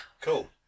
Cool